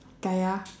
kaya